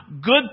good